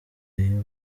iyo